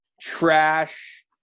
trash